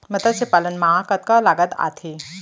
मतस्य पालन मा कतका लागत आथे?